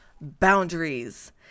boundaries